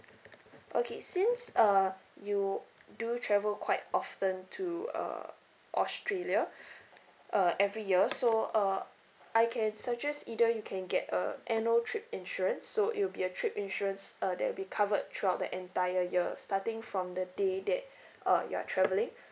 okay since uh you do travel quite often to uh australia uh every year so uh I can suggest either you can get a annual trip insurance so it will be a trip insurance uh that will be covered throughout the entire year starting from the day that uh you are travelling